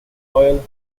royal